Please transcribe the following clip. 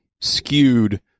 skewed